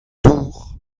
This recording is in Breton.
dour